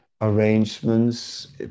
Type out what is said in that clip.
arrangements